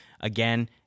Again